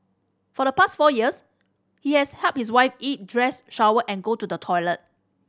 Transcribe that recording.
for the past four years he has helped his wife eat dress shower and go to the toilet